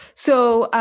so